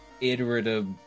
Iterative